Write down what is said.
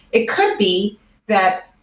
it could be that,